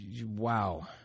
wow